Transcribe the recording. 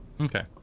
Okay